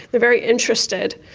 they're very interested,